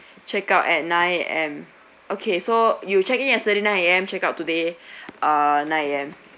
check out at nine and okay so you check in yesterday nine A_M check out today uh nine A_M